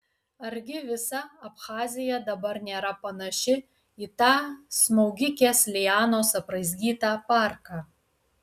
argi visa abchazija dabar nėra panaši į tą smaugikės lianos apraizgytą parką